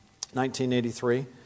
1983